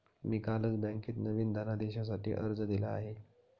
मी कालच बँकेत नवीन धनदेशासाठी अर्ज दिला आहे